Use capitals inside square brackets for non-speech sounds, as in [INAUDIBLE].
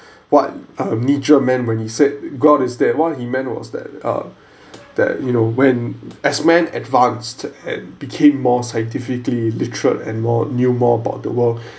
what uh nietzsche meant when he said god is dead what he meant was that uh that you know when as men advanced and became more scientifically literate and more knew more about the world [BREATH]